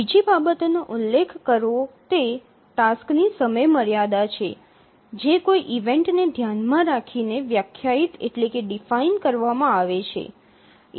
બીજી બાબતનો ઉલ્લેખ કરવો તે ટાસ્કની સમયમર્યાદા છે જે કોઈ ઈવેન્ટને ધ્યાનમાં રાખીને વ્યાખ્યાયિત કરવામાં આવે છે